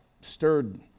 stirred